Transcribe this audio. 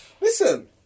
Listen